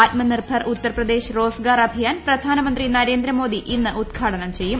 ആത്മനിർഭർ ഉത്തർ പ്രദേശ് റ്റോസ്ഗ്ൾ അഭിയാൻ പ്രധാനമന്ത്രി നരേന്ദ്ര മോദി ഇന്ന് കൾഘാടനം ചെയ്യും